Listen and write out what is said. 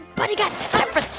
but got time for